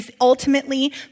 ultimately